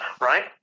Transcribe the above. right